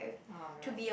alright